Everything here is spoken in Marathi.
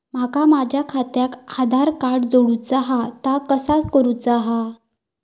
माका माझा खात्याक आधार कार्ड जोडूचा हा ता कसा करुचा हा?